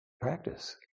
Practice